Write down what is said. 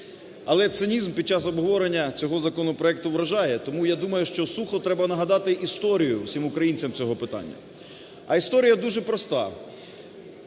Але цинізм під час обговорення цього законопроекту вражає. Тому я думаю, що сухо треба нагадати історію всім українцям цього питання. А історія дуже проста.